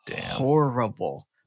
horrible